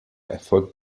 erfolgt